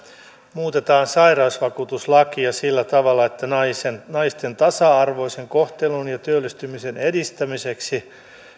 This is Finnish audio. muutetaan sairausvakuutuslakia sillä tavalla että naisten tasa arvoisen kohtelun ja työllistymisen edistämiseksi